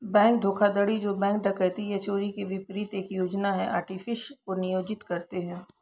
bank धोखाधड़ी जो bank डकैती या चोरी के विपरीत एक योजना या आर्टिफिस को नियोजित करते हैं